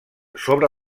sobre